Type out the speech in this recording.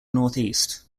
northeast